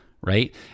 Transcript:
right